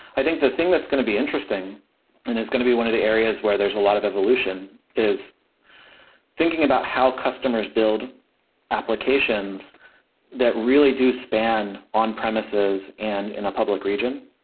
i think the thing that's going to be interesting and it's going to be one of the areas where there's a lot of evolution, is thinking about how customers build applications that really do span on premises and in a public region.